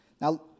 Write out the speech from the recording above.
Now